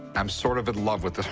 i'm sort of in love with it